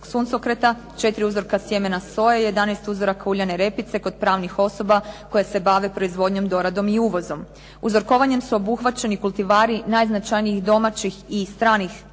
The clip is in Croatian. suncokreta, 4 uzorka sjemena soje, 11 uzoraka uljane repice kod pravnih osoba koje se bave proizvodnjom, doradom i uvozom. Uzorkovanjem su obuhvaćeni kultivari najznačajnijih domaćih i stranih